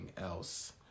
else